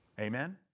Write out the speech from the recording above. Amen